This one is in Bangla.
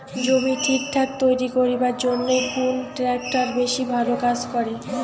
জমি ঠিকঠাক তৈরি করিবার জইন্যে কুন ট্রাক্টর বেশি ভালো কাজ করে?